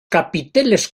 capiteles